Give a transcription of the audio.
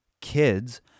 kids